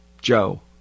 Joe